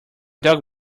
dog